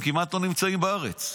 הם כמעט לא נמצאים בארץ,